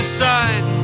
side